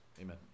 Amen